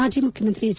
ಮಾಜಿ ಮುಖ್ಯಮಂತ್ರಿ ಎಚ್